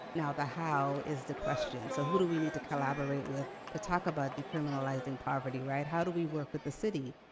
now, the how is the question. so who do we need to collaborate with to talk about decriminalizing poverty, right? how do we work with the city?